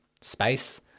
space